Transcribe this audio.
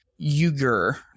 Uyghur